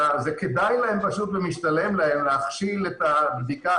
כדאי ומשתלם להם להכשיל את הבדיקה.